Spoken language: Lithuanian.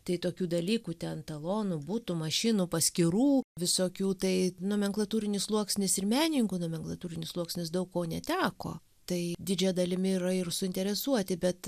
tai tokių dalykų ten talonų butų mašinų paskyrų visokių tai nomenklatūrinis sluoksnis ir menininkų nomenklatūrinis sluoksnis daug ko neteko tai didžiąja dalimi yra ir suinteresuoti bet